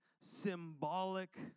symbolic